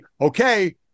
okay